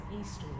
east